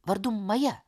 vardu maja